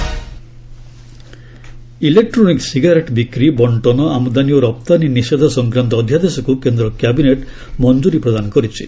cabinet e cigarette electronic cigarette ବିକ୍ରି ବଣ୍ଟନ ଆମଦାନୀ ଓ ରପ୍ତାନୀ ନିଷେଧ ସଂକ୍ରାନ୍ତ ଅଧ୍ୟାଦେଶକୁ କେନ୍ଦ୍ର କ୍ୟାବିନେଟ୍ ମଞ୍ଜୁରି ପ୍ରଦାନ କରିଛି